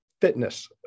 fitness